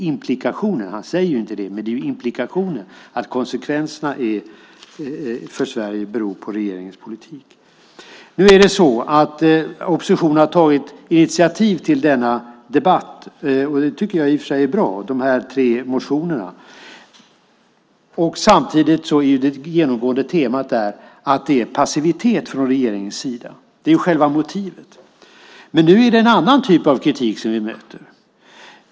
Han säger ju inte det, men implikationen är att konsekvenserna för Sverige beror på regeringens politik. Oppositionen har tagit initiativ till denna debatt i och med de tre motionerna, och det tycker jag i och för sig är bra. Samtidigt är det genomgående temat att det är en passivitet från regeringens sida. Det är själva motivet. Men nu är det en annan typ av kritik vi möter.